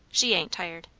she ain't tired.